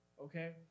okay